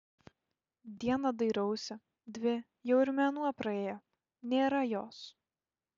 dieną dairausi dvi jau ir mėnuo praėjo nėra jos